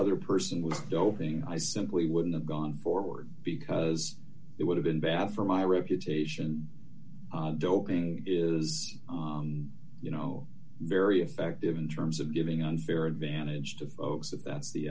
other person was doping i simply wouldn't have gone forward because it would have been bad for my reputation is you know very effective in terms of giving unfair advantage to folks that that's the